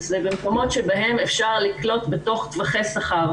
זה במקומות שבהם אפשר לקלוט בתוך טווחי שכר,